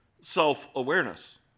self-awareness